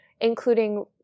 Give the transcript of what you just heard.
including